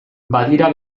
badira